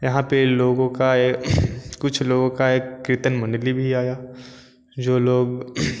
यहाँ पे लोगों का ए कुछ लोगों का एक कीर्तन मंडली भी आया जो लोग